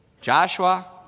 Joshua